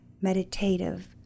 meditative